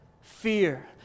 fear